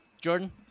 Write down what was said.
Jordan